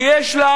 שיש לה